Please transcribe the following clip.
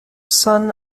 son